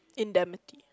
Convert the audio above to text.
indemnity